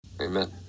Amen